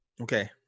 Okay